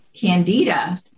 candida